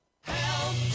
Help